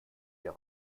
dir